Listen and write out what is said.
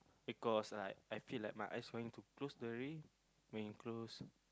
because I I feel like my eyes going to close already when it close